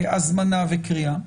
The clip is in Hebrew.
הזמנה וקריאה.